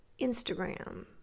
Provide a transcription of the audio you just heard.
Instagram